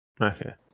Okay